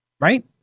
right